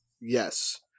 Yes